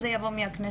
אז זה יבוא מהכנסת.